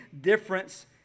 difference